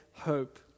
Hope